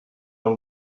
dans